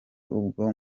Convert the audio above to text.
ubwo